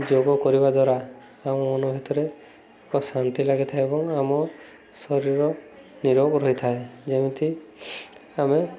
ଯୋଗ କରିବା ଦ୍ୱାରା ଆମ ମନ ଭିତରେ ଏକ ଶାନ୍ତି ଲାଗିଥାଏ ଏବଂ ଆମ ଶରୀରର ନିରୋଗ ରହିଥାଏ ଯେମିତି ଆମେ